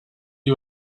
you